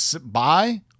buy